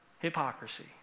hypocrisy